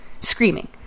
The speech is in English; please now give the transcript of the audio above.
Screaming